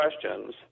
questions